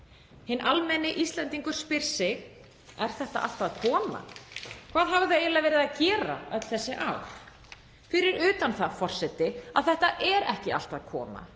Hinn almenni Íslendingur spyr sig: Er þetta allt að koma? Hvað hafa þau eiginlega verið að gera öll þessi ár? Fyrir utan það, forseti, að þetta er ekki allt að koma.